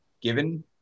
given